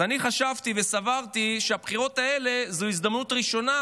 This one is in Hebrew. אז אני חשבתי וסברתי שהבחירות האלה זאת הזדמנות ראשונה